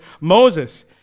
Moses